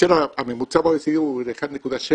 כאשר הממוצע ב-OECD הוא 1.7,